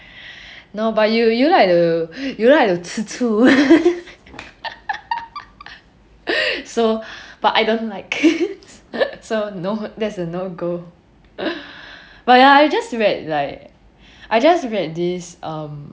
no but you you like to you like to 吃醋 so but I don't like so no that's a no go but ya I just met like I just read this um